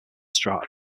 strata